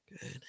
Good